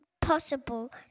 possible